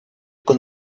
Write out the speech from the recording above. con